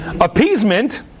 Appeasement